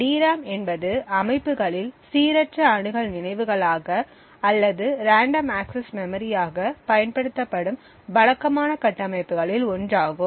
DRAM என்பது அமைப்புகளில் சீரற்ற அணுகல் நினைவுகளாக அல்லது ரேண்டம் ஆக்சஸ் மெமரியாக பயன்படுத்தப்படும் வழக்கமான கட்டமைப்புகளில் ஒன்றாகும்